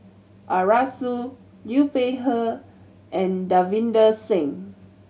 Arasu Liu Peihe and Davinder Singh